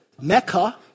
Mecca